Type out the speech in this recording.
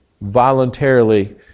voluntarily